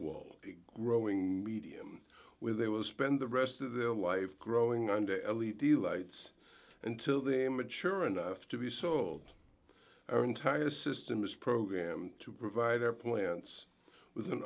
well growing medium where they will spend the rest of their life growing under the lights until they mature enough to be sold our entire system is programmed to provide our plants with